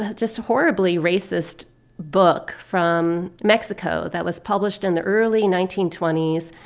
ah just horribly racist book from mexico that was published in the early nineteen twenty s.